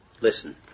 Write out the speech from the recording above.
Listen